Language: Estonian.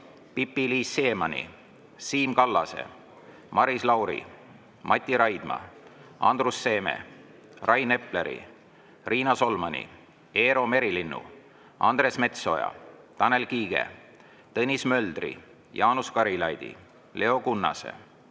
Pipi-Liis Siemanni, Siim Kallase, Maris Lauri, Mati Raidma, Andrus Seeme, Rain Epleri, Riina Solmani, Eero Merilinnu, Andres Metsoja, Tanel Kiige, Tõnis Möldri, Jaanus Karilaidi, Leo Kunnase,